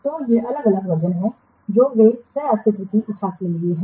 तो ये अलग अलग वर्जनहैं जो वे सह अस्तित्व की इच्छा के लिए हैं